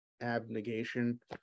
Abnegation